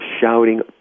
shouting